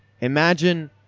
Imagine